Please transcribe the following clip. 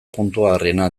puntuagarriena